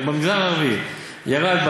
במגזר הערבי ירד,